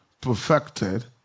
perfected